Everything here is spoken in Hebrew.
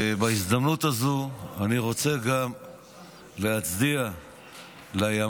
בהזדמנות הזו אני רוצה גם להצדיע לימ"מ,